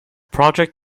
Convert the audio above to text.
project